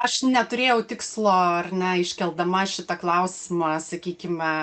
aš neturėjau tikslo ar ne iškeldama šitą klausimą sakykime